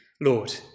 Lord